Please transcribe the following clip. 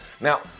Now